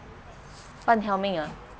半条命 ah